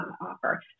offer